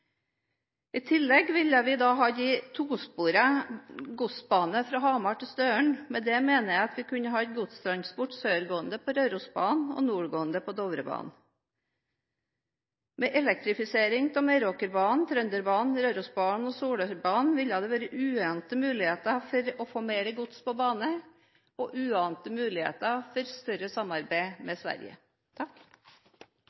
I tillegg kunne vi hatt tosporede godsbaner fra Hamar til Støren. Med det mener jeg at vi kunne hatt godstransport sørgående på Rørosbanen og nordgående på Dovrebanen. Med elektrifisering av Meråkerbanen, Trønderbanen, Rørosbanen og Solørbanen ville det vært uante muligheter for å få mer gods på bane og uante muligheter for større samarbeid med